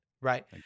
Right